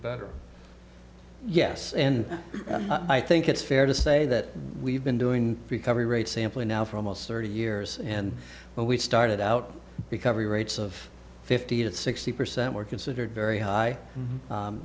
better yes and i think it's fair to say that we've been doing recovery rate sampling now for almost thirty years and when we started out because the rates of fifty to sixty percent were considered very high